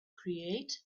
create